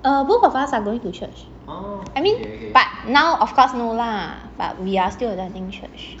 uh both of us are going to church I mean but now of course no lah but we are still attending church